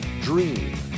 dream